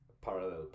parallel